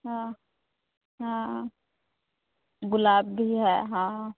हाँ हाँ गुलाब भी है हाँ